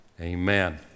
amen